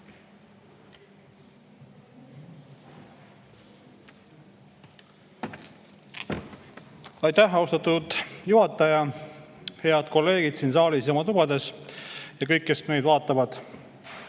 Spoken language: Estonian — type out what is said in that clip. Aitäh, austatud juhataja! Head kolleegid siin saalis ja oma tubades! Ja kõik, kes meid vaatavad